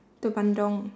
to bandung